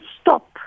stop